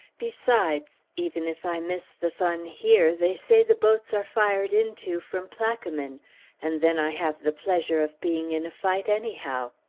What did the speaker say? besides, even if i miss the fun here, they say the boats are fired into from plaquemine and then i have the pleasure of being in a fight anyhow.